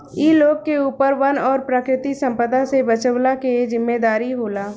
इ लोग के ऊपर वन और प्राकृतिक संपदा से बचवला के जिम्मेदारी होला